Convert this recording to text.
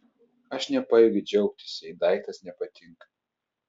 aš nepajėgiu džiaugtis jei daiktas nepatinka